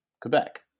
Quebec